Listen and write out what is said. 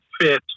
fit